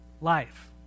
life